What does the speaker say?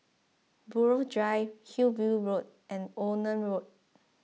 Buroh Drive Hillview Road and Onan Road